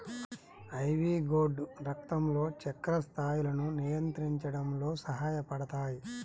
ivy gourd రక్తంలో చక్కెర స్థాయిలను నియంత్రించడంలో సహాయపడతాయి